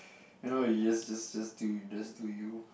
you know you just just just do just do you